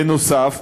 בנוסף,